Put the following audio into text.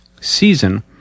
season